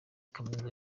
kaminuza